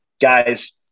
guys